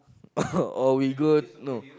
oh we go no